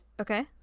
okay